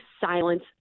silence